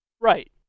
Right